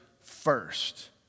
first